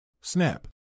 Snap